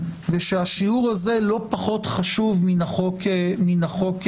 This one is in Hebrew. ושהשיעור הזה לא פחות חשוב מן החוק עצמו,